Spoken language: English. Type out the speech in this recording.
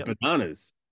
Bananas